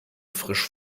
frisch